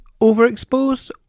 overexposed